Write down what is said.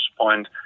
point